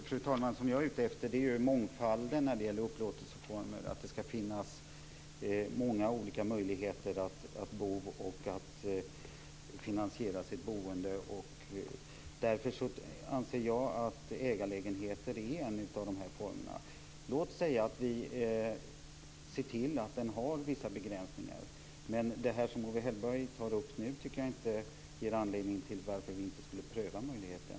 Fru talman! Det jag är ute efter är mångfalden när det gäller upplåtelseformer. Det skall finnas många olika möjligheter för boendet och för finansieringen av boendet. Jag anser att ägarlägenheter är en av de här formerna. Låt säga att vi ser till att den har vissa begränsningar, men det som Owe Hellberg tar upp nu tycker jag inte ger anledning till att vi inte skall pröva möjligheten.